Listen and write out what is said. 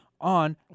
on